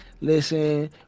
Listen